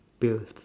pills